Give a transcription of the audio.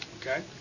Okay